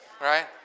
Right